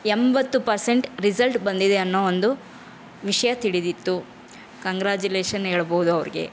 ಎಂಬತ್ತು percent result ಬಂದಿದೆ ಅನ್ನೋ ಒಂದು ವಿಷಯ ತಿಳಿದಿತ್ತು ಕಂಗ್ರಾಜುಲೇಷನ್ ಹೇಳ್ಬೋದು ಅವ್ರಿಗೆ